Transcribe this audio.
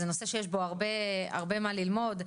זה נושא שיש בו הרבה מה ללמוד,